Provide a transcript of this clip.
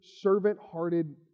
servant-hearted